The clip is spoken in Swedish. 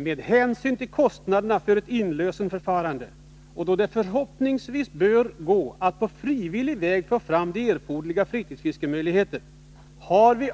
”Med hänsyn till kostnaderna för ett inlösensförfarande och då det förhoppningsvis bör gå att på frivillig väg få fram erforderliga fritidsfiskemöjligheter, har vi